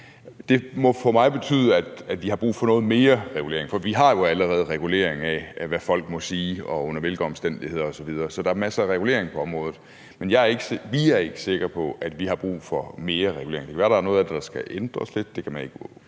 Det må for mig betyde, at vi har brug for noget mere regulering, for vi har jo allerede regulering af, hvad folk må sige og under hvilke omstændigheder osv., så der er masser af regulering på området. Men vi er ikke sikre på, at vi har brug for mere regulering. Det kan være, der er noget af det, der skal ændres lidt – det kan man ikke udelukke.